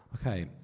Okay